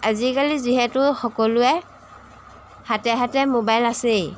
আজিকালি যিহেতু সকলোৱে হাতে হাতে মোবাইল আছেই